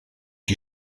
die